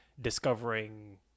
discovering